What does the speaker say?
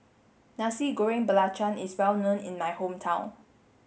Nasi Goreng Belacan is well known in my hometown